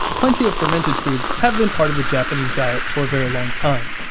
plenty of fermented foods have been part of the japanese diet for a very long time.